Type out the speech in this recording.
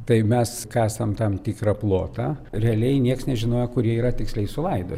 tai mes kasam tam tikrą plotą realiai nieks nežinojo kurie jie yra tiksliai sulaido